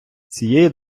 цієї